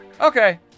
Okay